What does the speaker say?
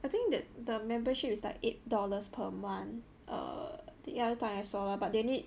I think that the membership is like eight dollars per month err the other time I saw lah but they need